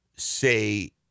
say